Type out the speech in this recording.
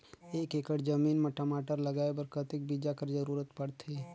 एक एकड़ जमीन म टमाटर लगाय बर कतेक बीजा कर जरूरत पड़थे?